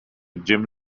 jim